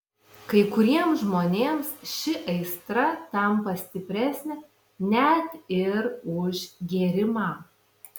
kai kuriems žmonėms ši aistra tampa stipresnė net ir už gėrimą